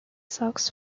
sox